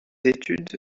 études